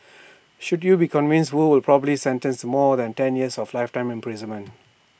should you be convicted wu will probably sentenced more than ten years or lifetime imprisonment